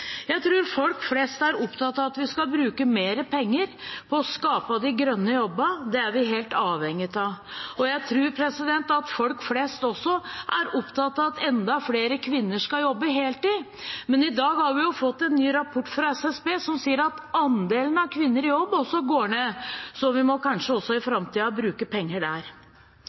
Jeg tror folk flest er opptatt av at vi skal bruke mer penger på å skape de grønne jobbene, det er vi helt avhengige av. Jeg tror at folk flest også er opptatt av at enda flere kvinner skal jobbe heltid. I dag har vi fått en ny rapport fra SSB som sier at andelen kvinner i jobb går ned. Så vi må kanskje også i framtiden bruke penger der.